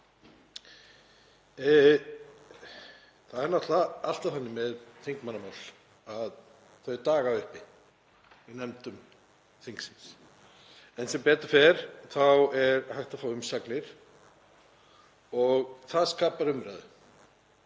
Það er náttúrlega alltaf þannig með þingmannamál að þau dagar uppi í nefndum þingsins en sem betur fer er hægt að fá umsagnir og það skapar umræðu.